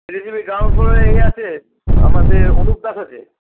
CVCV ground ফ্লোরে ইয়ে আছে আমাদের অনুপ দাস আছে